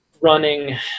running